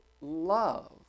love